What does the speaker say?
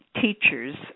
teachers